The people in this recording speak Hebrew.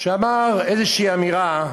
איזושהי אמירה: